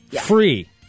Free